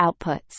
outputs